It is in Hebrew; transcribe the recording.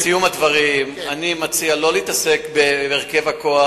לסיום הדברים: אני מציע לא להתעסק בהרכב הכוח.